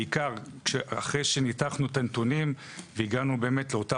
בעיקר אחרי שניתחנו את הנתונים והגענו לאותה